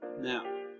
Now